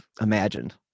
imagined